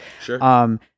Sure